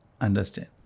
understand